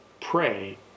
pray